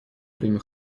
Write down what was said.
время